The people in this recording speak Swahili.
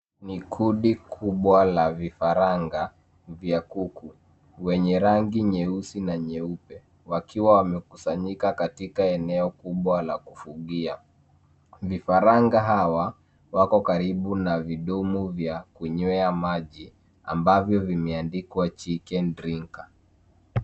Ni kundi kubwa la vifaranga vya kuku, wenye rangi nyeusi na nyeupe, wakiwa wamekusanyika katika eneo kubwa la kufugia. Vifaranga hawa wako karibu na vidumu vya kunywea maji ambavyo vimeandikwa chicken drinker .